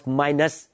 minus